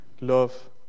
love